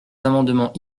amendements